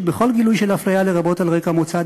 בכל גילוי של אפליה לרבות על רקע מוצא,